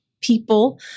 people